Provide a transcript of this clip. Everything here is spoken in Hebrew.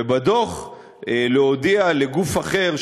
ובדוח להודיע לגוף אחר,